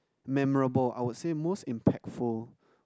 memorable I would say most impactful